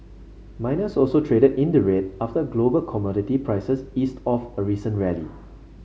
miners also traded in the red after global commodity prices eased off a recent rally